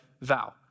vow